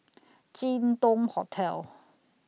Jin Dong Hotel